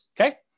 okay